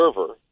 server